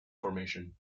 formation